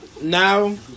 now